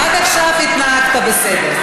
עד עכשיו התנהגת בסדר,